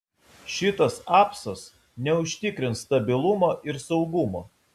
šitas apsas neužtikrins stabilumo ir saugumo